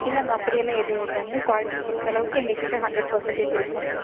இல்லைங்க அப்படியெல்லாம் எதுவும் இல்லைங்க குவாலிட்டி பொறுத்தளவுக்கு எங்கள்கிட்ட ஹண்ரட் பர்சண்டேஜ் இருக்குங்க